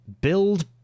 build